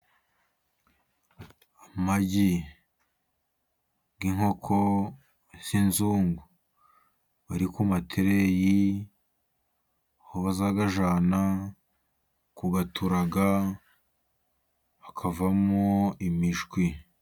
Amagi y' inkoko z'inzungu ari ku matureyi aho bazayajyana ku yaturaga hakavamo imishwi.